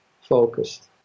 focused